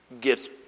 gives